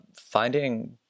finding